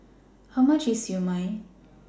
How much IS Siew Mai